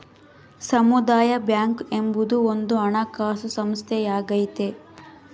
ಸಮುದಾಯ ಬ್ಯಾಂಕ್ ಎಂಬುದು ಒಂದು ಹಣಕಾಸು ಸಂಸ್ಥೆಯಾಗೈತೆ